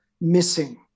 missing